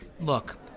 Look